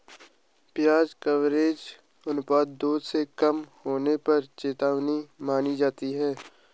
ब्याज कवरेज अनुपात दो से कम होने पर चेतावनी मानी जाती है